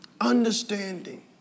Understanding